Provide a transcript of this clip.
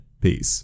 peace